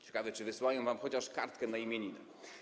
Ciekawe, czy wysyłają wam chociaż kartkę na imieniny.